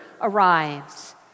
arrives